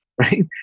right